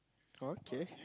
okay